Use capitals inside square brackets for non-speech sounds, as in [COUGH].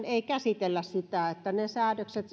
[UNINTELLIGIBLE] ei käsitellä sitä eli ne säädökset